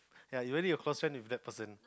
like you are already a close friend with that person